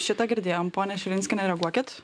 šitą girdėjom pone širinskiene reaguokit